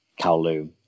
Kowloon